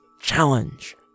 challenge